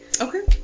Okay